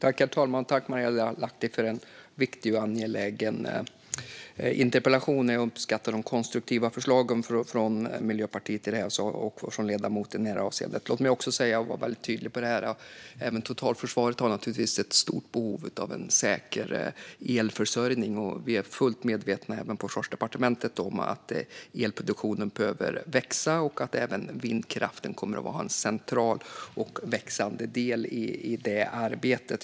Herr talman! Tack, Marielle Lahti, för en viktig och angelägen interpellation! Jag uppskattar de konstruktiva förslagen från Miljöpartiet och från ledamoten i det här avseendet. Låt mig också vara väldig tydlig med att även totalförsvaret naturligtvis har ett stort behov av en säker elförsörjning. Vi är fullt medvetna även på Försvarsdepartementet om att elproduktionen behöver växa och att även vindkraften kommer att vara en central och växande del i det arbetet.